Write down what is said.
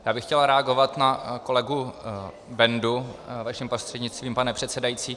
Já bych chtěl reagovat na kolegu Bendu vaším prostřednictvím, pane předsedající.